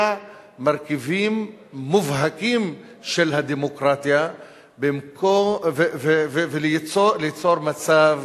מרכיבים מובהקים של הדמוקרטיה וליצור מצב,